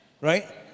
right